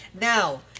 Now